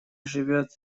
живет